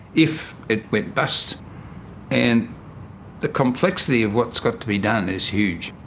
if it went bust and the complexity of what's got to be done is huge.